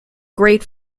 great